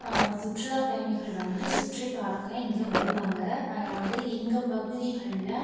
சுற்றுலா பயணிகள் வந்துட்டு சுற்றிப்பார்க்க இங்கே வருவாங்கள் அதாவது எங்கள் பகுதிகளில்